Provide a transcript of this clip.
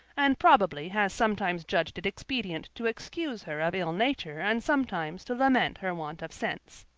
and probably has sometimes judged it expedient to excuse her of ill-nature and sometimes to lament her want of sense.